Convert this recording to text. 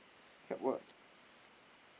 tap what